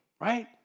right